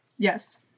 Yes